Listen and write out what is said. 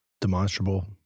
Demonstrable